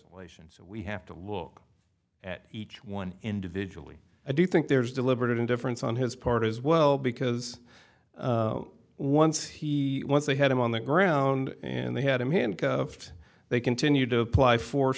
lation so we have to look at each one individually i do think there's deliberate indifference on his part as well because once he once they had him on the ground and they had him handcuffed they continued to apply for